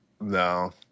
No